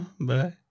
Bye